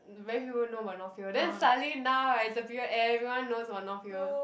very few people know about North Hill then suddenly now right it's a period everyone knows about North Hill